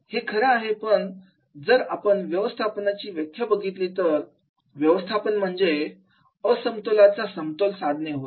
हे खरं आहे पण जर आपण व्यवस्थापनाची व्याख्या बघितली तर व्यवस्थापन म्हणजे असमतोलाचा समतोल साधण होय